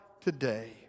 today